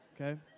Okay